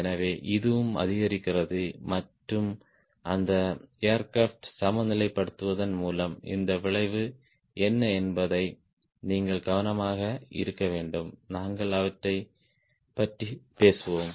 எனவே இதுவும் அதிகரிக்கிறது மற்றும் அந்த ஏர்கிராப்ட் சமநிலைப்படுத்துவதன் மூலம் இதன் விளைவு என்ன என்பதை நீங்கள் கவனமாக இருக்க வேண்டும் நாங்கள் அவற்றைப் பற்றி பேசுவோம்